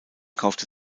kaufte